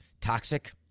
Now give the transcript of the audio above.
toxic